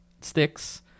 sticks